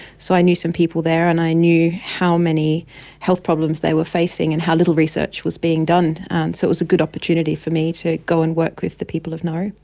so i knew some people there and i knew how many health problems they were facing and how little research was being done. and so it was a good opportunity for me to go and work with the people of nauru.